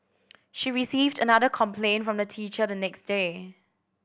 she received another complaint from the teacher the next day